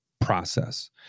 process